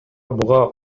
буга